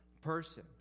person